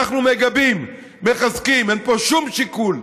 אנחנו מגבים, מחזקים, אין פה שום שיקול.